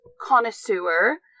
connoisseur